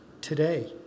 today